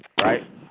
right